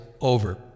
over